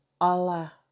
Allah